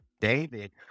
David